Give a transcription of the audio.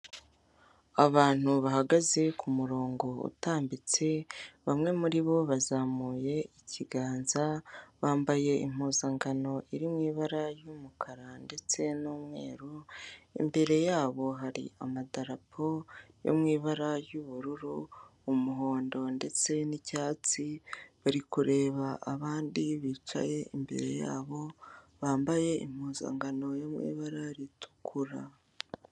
Abantu bahagaze ku murongo utambitse bamwe muribo bazamuye ikiganza bambaye impuzankano iri mu ibara ry'umukara ndetse n'umweru. Imbere y'abo hari amadapo yo mu ibara ry'ubururu ,umuhondo ndetse n'icyatsi bari kureba abandi bicaye imbere y'abo bambaye impuzankano iri mu ibara ritukura.